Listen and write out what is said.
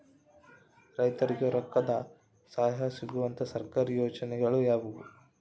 ರೈತರಿಗೆ ರೊಕ್ಕದ ಸಹಾಯ ಸಿಗುವಂತಹ ಸರ್ಕಾರಿ ಯೋಜನೆಗಳು ಯಾವುವು?